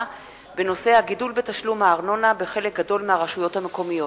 בנושא: הגידול בתשלום הארנונה בחלק גדול מהרשויות המקומיות.